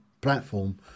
platform